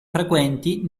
frequenti